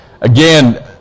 Again